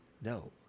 no